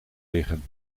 liggen